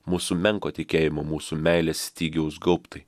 mūsų menko tikėjimo mūsų meilės stygiaus gaubtai